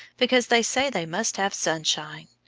because they say they must have sunshine.